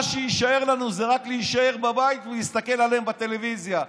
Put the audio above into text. מה שיישאר לנו זה רק להישאר בבית ולהסתכל עליהם בטלוויזיה.